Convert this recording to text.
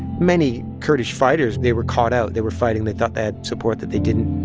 many kurdish fighters they were caught out. they were fighting. they thought had support that they didn't.